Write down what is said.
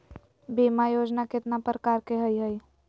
बीमा योजना केतना प्रकार के हई हई?